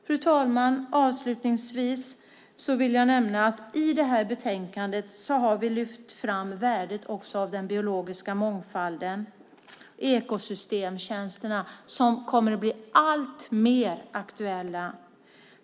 Fru talman! Avslutningsvis vill jag nämna att vi i det här betänkandet har lyft fram värdet också av den biologiska mångfalden och ekosystemtjänsterna som kommer att bli alltmer aktuella.